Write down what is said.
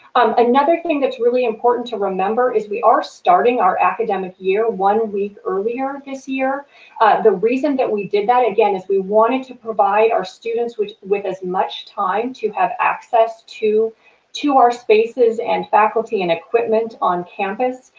another thing that's really important to remember is we are starting our academic year one week earlier this year the reason that we did that again is we wanted to provide our students with with as much time to have access to to our spaces and faculty and equipment on campus.